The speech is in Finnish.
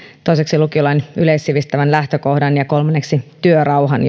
toiseksi lukiolain yleissivistävän lähtökohdan ja kolmanneksi työrauhan